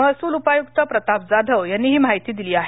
महसूल उपायुक्त प्रताप जाधव यांनी ही माहिती दिली आहे